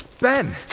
Ben